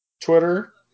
Twitter